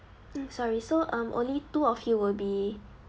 mm sorry so um only two of you will be